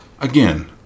again